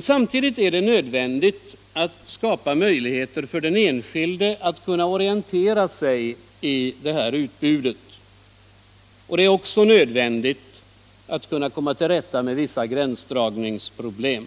Samtidigt är det nödvändigt att skapa möjligheter för den enskilde att orientera sig i detta utbud. Det är också värdefullt att kunna komma till rätta med vissa gränsdragningsproblem.